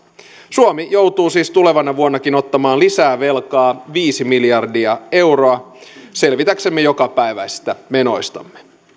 suomi joutuu siis tulevana vuonnakin ottamaan lisää velkaa viisi miljardia euroa selvitäksemme jokapäiväisistä menoistamme